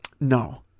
No